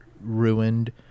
ruined